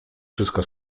wszystko